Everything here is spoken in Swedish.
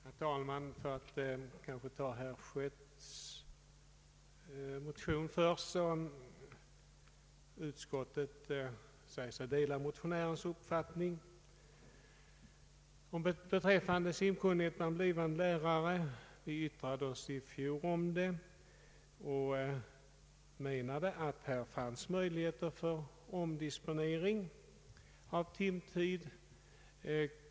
Herr talman! Låt mig ta herr Schötts motion först. Utskottet säger sig dela motionärens uppfattning beträffande simkunnigheten bland blivande lärare. Utskottet yttrade sig i fjol om denna fråga och menade att det fanns möjligheter till omdisponering av timtid.